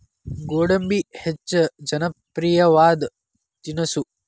ಗೋಡಂಬಿ ಹೆಚ್ಚ ಜನಪ್ರಿಯವಾದ ತಿನಿಸು